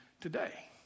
today